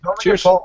Cheers